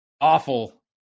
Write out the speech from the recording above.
awful